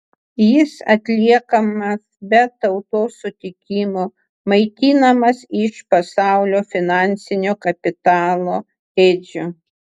jis atliekamas be tautos sutikimo maitinamas iš pasaulio finansinio kapitalo ėdžių